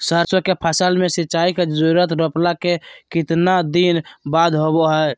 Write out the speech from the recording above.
सरसों के फसल में सिंचाई के जरूरत रोपला के कितना दिन बाद होबो हय?